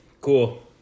Cool